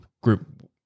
group